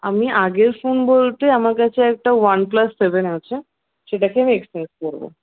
আমি আগের ফোন বলতে আমার কাছে একটা ওয়ান প্লাস সেভেন আছে সেটাকে আমি এক্সচেঞ্জ করব